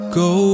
go